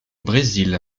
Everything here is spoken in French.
brésil